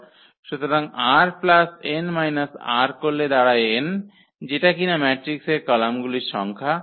সুতরাং r n r করলে দাড়ায় n যেটা কিনা ম্যাট্রিক্সের কলামগুলির সংখ্যা